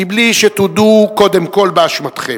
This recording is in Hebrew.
מבלי שתודו קודם כול באשמתכם.